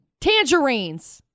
tangerines